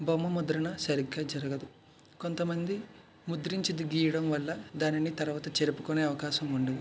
బొమ్మ ముద్రణ సరిగ్గా జరగదు కొంతమంది ముద్రించింది గీయడం వల్ల దానిని తరువాత జరుపుకొనే అవకాశం ఉండదు